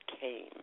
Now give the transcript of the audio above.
came